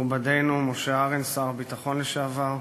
מכובדנו משה ארנס, שר הביטחון לשעבר,